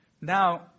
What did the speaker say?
Now